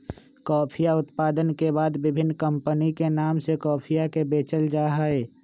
कॉफीया उत्पादन के बाद विभिन्न कमपनी के नाम से कॉफीया के बेचल जाहई